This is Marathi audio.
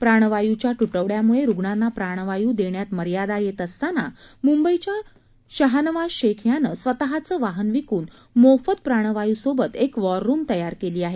प्राणवायूच्या तुटवड्यामुळे रुग्णांना प्राणवायू देण्यात मर्यादा येत असताना मुंबईच्या शहानवाज शेख यानं स्वतःचं वाहन विकून मोफत प्राणवायूसोबत एक वॉर रूम तयार केली आहे